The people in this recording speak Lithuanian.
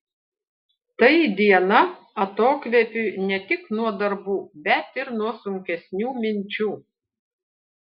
tai diena atokvėpiui ne tik nuo darbų bet ir nuo sunkesnių minčių